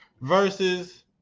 versus